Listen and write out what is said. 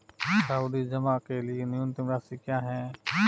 सावधि जमा के लिए न्यूनतम राशि क्या है?